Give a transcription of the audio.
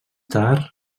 tard